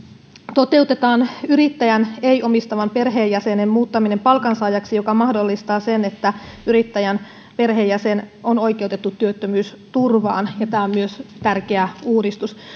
toteutetaan yrittäjän ei omistavan perheenjäsenen muuttaminen palkansaajaksi mikä mahdollistaa sen että yrittäjän perheenjäsen on oikeutettu työttömyysturvaan myös tämä on tärkeä uudistus